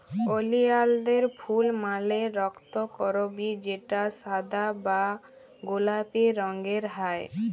ওলিয়ালদের ফুল মালে রক্তকরবী যেটা সাদা বা গোলাপি রঙের হ্যয়